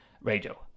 radio